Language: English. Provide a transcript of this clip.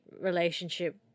relationship